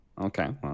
okay